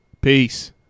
Peace